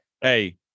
Hey